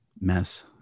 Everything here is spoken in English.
mess